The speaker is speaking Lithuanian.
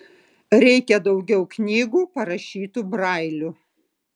reikia daugiau knygų parašytų brailiu